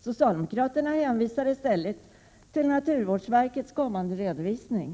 Socialdemokraterna hänvisar i stället till naturvårdsverkets kommande redovisning.